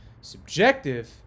subjective